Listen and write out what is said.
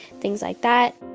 things like that.